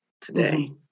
today